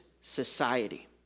society